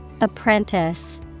Apprentice